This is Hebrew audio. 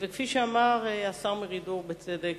כפי שאמר השר מרידור בצדק,